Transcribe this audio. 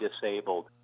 disabled